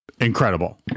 incredible